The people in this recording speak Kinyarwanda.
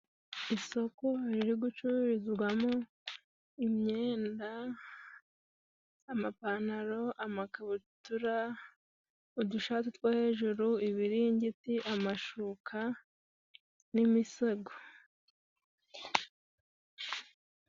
Isoko riri gucururizwamo imyenda, amapantaro, amakabutura, udushati two hejuru, ibiringiti, amashuka n'imisego.